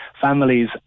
families